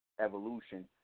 evolution